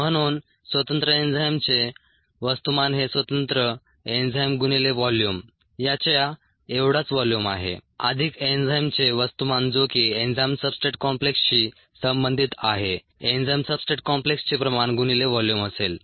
म्हणून स्वंतत्र एन्झाईमचे वस्तुमान हे स्वतंत्र एन्झाईम गुणिले व्हॉल्यूम याच्या एवढाच व्हॉल्यूम आहे अधिक एन्झाईमचे वस्तुमान जो की एन्झाईम सब्सट्रेट कॉम्प्लेक्सशी संबंधित आहे एन्झाईम सब्सट्रेट कॉम्प्लेक्सचे प्रमाण गुणिले व्हॉल्यूम असेल